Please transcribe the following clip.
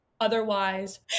Otherwise